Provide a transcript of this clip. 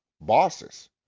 bosses